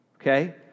okay